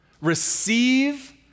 Receive